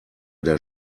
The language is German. der